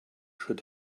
should